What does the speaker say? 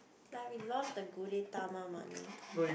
like we lost the Gudetama money